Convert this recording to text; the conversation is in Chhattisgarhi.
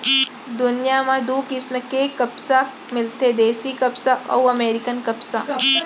दुनियां म दू किसम के कपसा मिलथे देसी कपसा अउ अमेरिकन कपसा